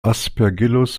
aspergillus